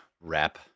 wrap